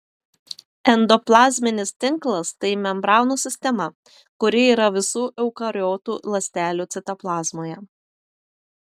endoplazminis tinklas tai membranų sistema kuri yra visų eukariotų ląstelių citoplazmoje